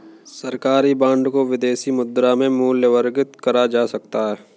सरकारी बॉन्ड को विदेशी मुद्रा में मूल्यवर्गित करा जा सकता है